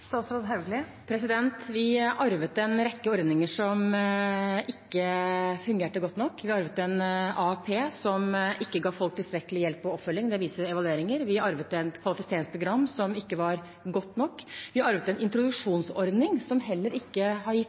Vi arvet en rekke ordninger som ikke fungerte godt nok. Vi arvet en AAP som ikke ga folk tilstrekkelig hjelp og oppfølging. Det viser evalueringer. Vi arvet et kvalifiseringsprogram som ikke var godt nok. Vi arvet en introduksjonsordning som heller ikke har gitt